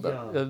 ya